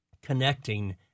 connecting